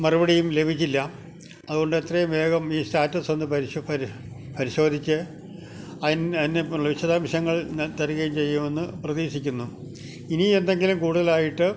മറുപടിയും ലഭിച്ചില്ല അതുകൊണ്ട് എത്രയും വേഗം ഈ സ്റ്റാറ്റസൊന്ന് പരിശോധിച്ച് വിശദംശങ്ങൾ ഞാൻ തരികയും ചെയ്യുമെന്ന് പ്രതീക്ഷിക്കുന്നു ഇനി എന്തെങ്കിലും കൂടുതലായിട്ട്